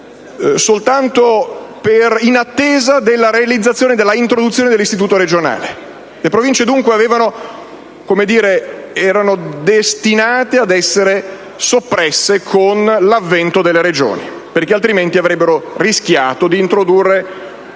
soltanto in attesa dell'introduzione dell'istituto regionale. Le Province dunque erano destinate ad essere soppresse con l'avvento delle Regioni, altrimenti avrebbero rischiato di introdurre